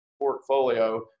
portfolio